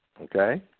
Okay